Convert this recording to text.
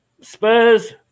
Spurs